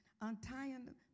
untying